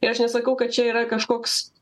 ir aš nesakau kad čia yra kažkoks